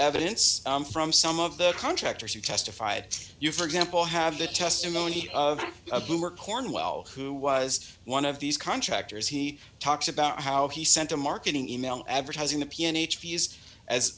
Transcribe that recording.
evidence from some of the contractors who testified you for example have the testimony of a boomer cornwell who was one of these contractors he talks about how he sent a marketing e mail advertising the p n h p s as